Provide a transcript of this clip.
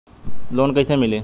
Loan कइसे मिलि?